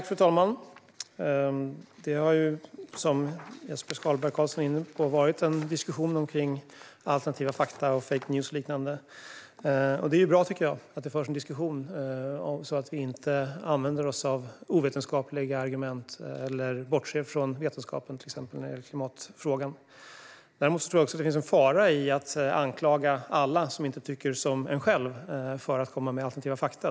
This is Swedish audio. Fru talman! Det har, som Jesper Skalberg Karlsson är inne på, varit en diskussion om alternativa fakta och fake news och liknande. Jag tycker att det är bra att det förs en diskussion så att vi inte använder oss av ovetenskapliga argument eller bortser från vetenskapen när det gäller till exempel klimatfrågan. Däremot tror jag att det finns en fara i att anklaga alla som inte tycker som en själv för att komma med alternativa fakta.